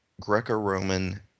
Greco-Roman